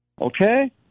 Okay